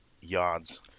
yards